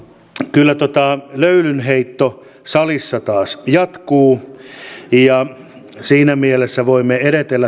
kyllä löylynheitto salissa taas jatkuu ja siinä mielessä voimme